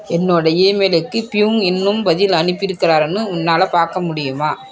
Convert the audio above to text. என்னோட இமெயிலுக்கு பியூங் இன்னும் பதில் அனுப்பியிருக்காரான்னு உன்னால் பார்க்க முடியுமா